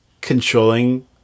controlling